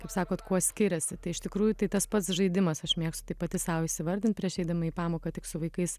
kaip sakot kuo skiriasi tai iš tikrųjų tai tas pats žaidimas aš mėgstu tai pati sau įsivardint prieš eidama į pamoką tik su vaikais